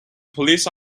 police